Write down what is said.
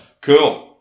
Cool